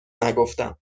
نگفتم